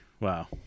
Wow